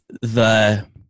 the-